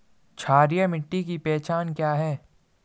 क्षारीय मिट्टी की पहचान क्या है?